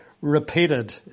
repeated